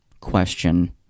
question